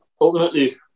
ultimately